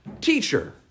Teacher